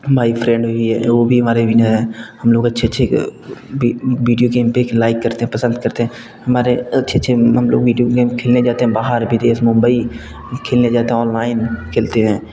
हमारे फ्रेंड भी वो भी हमारे बिना हम लोग अच्छे च्छे वीडियो गेम पर लाइक करते हैं पसंद करते हैं हमारे अच्छे अच्छे हम लोग वीडियो गेम खेलने जाते हैं बाहर विदेश मुम्बई खेलने जाते हैं ऑनलाइन खेलते हैं